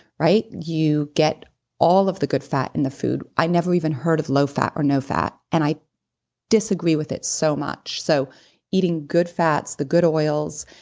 you get all of the good fat in the food. i never even heard of low fat or no fat and i disagree with it so much. so eating good fats, the good oils,